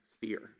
fear